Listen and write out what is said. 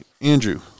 Andrew